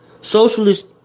socialist